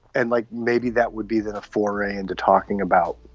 and like maybe that would be that a foray into talking about